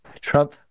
trump